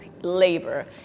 labor